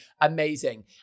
amazing